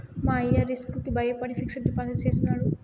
మా అయ్య రిస్క్ కి బయపడి ఫిక్సిడ్ డిపాజిట్ చేసినాడు